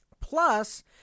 Plus